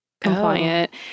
Compliant